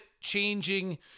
changing